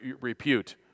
repute